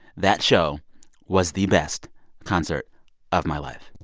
that show was the best concert of my life